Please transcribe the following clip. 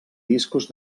discos